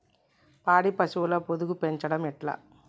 పాడి పశువుల పొదుగు పెంచడం ఎట్లా?